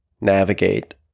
navigate